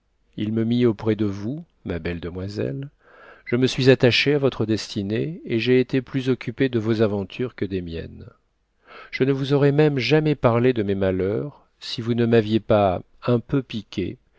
il me mit auprès de vous ma belle demoiselle je me suis attachée à votre destinée et j'ai été plus occupée de vos aventures que des miennes je ne vous aurais même jamais parlé de mes malheurs si vous ne m'aviez pas un peu piquée